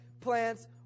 plants